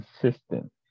consistent